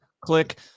click